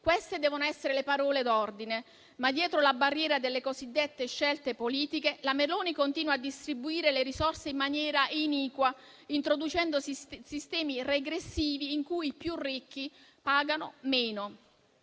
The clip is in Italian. queste devono essere le parole d'ordine. Ma dietro la barriera delle cosiddette scelte politiche, la Meloni continua a distribuire le risorse in maniera iniqua, introducendo sistemi regressivi in cui i più ricchi pagano meno.